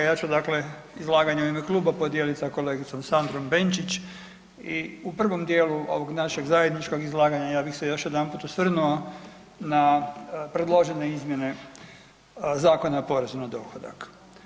Ja ću dakle izlaganje u ime kluba podijelit sa kolegicom Sandrom Benčić i u prvom dijelu ovog našeg zajedničkog izlaganja ja bih se još jedanput osvrnuo na predložene izmjene Zakona o porezu na dohodak.